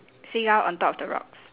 seagull on top of the rocks